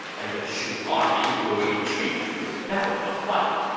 and the shu army will retreat without a fight.